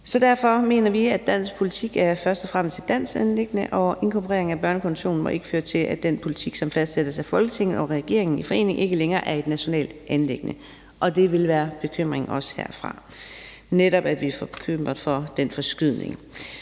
Derfor mener vi, at dansk politik først og fremmest er et dansk anliggende, og at inkorporering af børnekonventionen ikke må føre til, at den politik, som fastsættes af Folketinget og regeringen i forening, ikke længere er et nationalt anliggende, og det vil også være bekymringen herfra. Vi er netop bekymret for den forskydning.